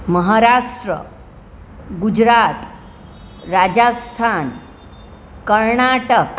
Maharashtra Gujarat Rajasthan Karnataka